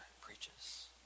preaches